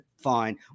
fine